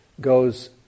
goes